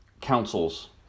councils